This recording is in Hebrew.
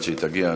ועד שהיא תגיע,